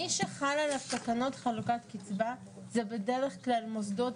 מי שחלות עליו תקנות חלוקת קצבה זה בדרך כלל מוסדות